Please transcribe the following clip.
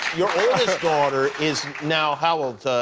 your oldest daughter is now how old?